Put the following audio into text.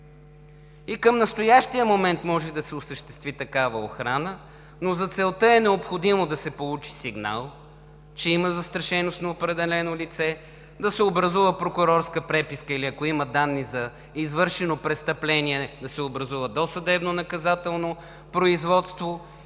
Към настоящия момент може да се осъществи такава охрана, но за целта е необходимо да се получи сигнал, че има застрашеност на определено лице, да се образува прокурорска преписка или – ако има данни за извършено престъпление, да се образува досъдебно наказателно производство и с постановление